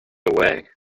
away